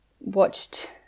watched